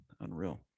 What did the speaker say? Unreal